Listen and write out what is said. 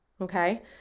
Okay